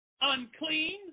unclean